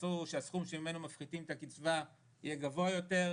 יצא שהסכום שממנו מפחיתים את הקצבה יהיה גבוה יותר,